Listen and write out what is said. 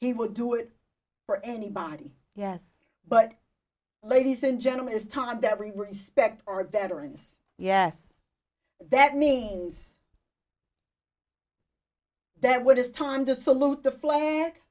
he would do it for anybody yes but ladies and gentlemen is time to every respect our veterans yes that means that what is time to salute the flag